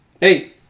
Hey